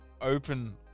open